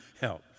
help